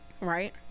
right